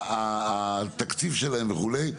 התקציב שלהן וכולה.